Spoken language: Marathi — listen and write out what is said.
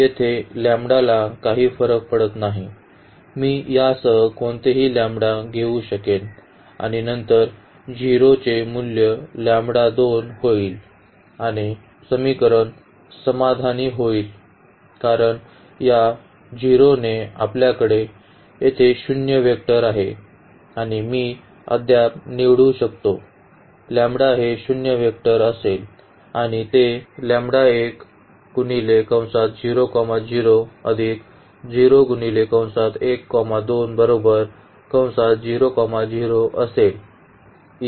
येथे लॅम्ब्डा ला काही फरक पडत नाही मी यासह कोणतेही लँबडा घेऊ शकेन आणि नंतर 0 चे मूल्य होईल आणि समीकरण समाधानी होईल कारण या 0 ने आपल्याकडे येथे शून्य वेक्टर आहे आणि मी अद्याप निवडू शकतो हे शून्य वेक्टर असेल आणि ते असेल